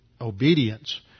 obedience